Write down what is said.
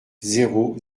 zéro